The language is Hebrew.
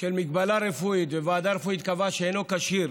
מגבלה רפואית, וועדה רפואית קבעה שאינו כשיר